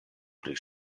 pri